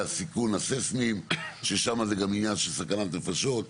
הסיכון ששם זה גם עניין של סכנת נפשות,